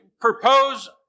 propose